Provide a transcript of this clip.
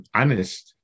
honest